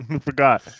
Forgot